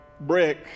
brick